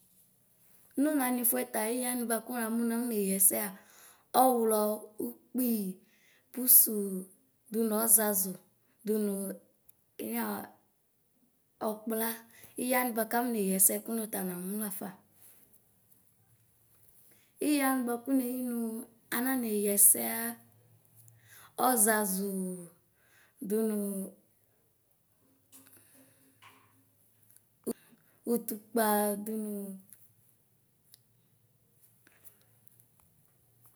Nu nanɩfɛ fa ɩɣa wanɩ bʋakʋ namʋ alɔneyi ɛsɛa ɔwlɔ ʋkpi pʋsʋ dʋnʋ ɔzazʋ dʋnʋ enyuya ɔkpla ɩya wanɩ kʋ afɔneyɩ ɛsɛ kʋnɔ namʋ lafa ɩɣa wanɩ kʋneyi nʋ aneneyi ɛsɛa ɔzazʋ dʋnʋ ʋtʋtʋkpa dʋnʋ.